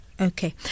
Okay